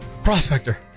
Prospector